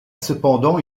cependant